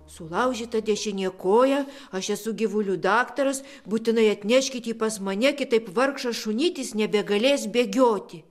sulaužyta dešinė koja aš esu gyvulių daktaras būtinai atneškit jį pas mane kitaip vargšas šunytis nebegalės bėgioti